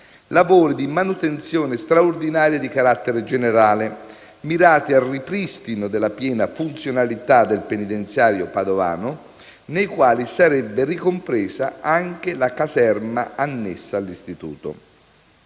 lavori di manutenzione straordinaria di carattere generale, mirati al ripristino della piena funzionalità del penitenziario padovano, nei quali sarebbe ricompresa anche la caserma annessa all'istituto.